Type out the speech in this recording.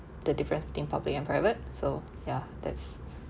the difference between public and private so ya that's